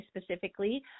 specifically